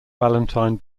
ballantine